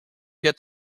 get